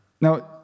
Now